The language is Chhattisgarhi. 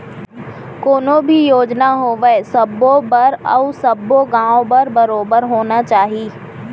कोनो भी योजना होवय सबो बर अउ सब्बो गॉंव बर बरोबर होना चाही